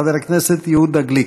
חבר הכנסת יהודה גליק.